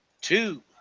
Two